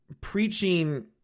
preaching